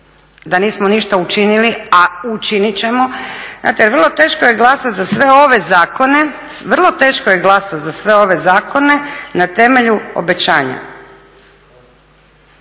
da nismo ništa učinili, a učinit ćemo. Znate vrlo teško je glasati za sve ove zakone na temelju obećanja.